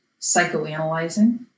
psychoanalyzing